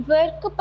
Work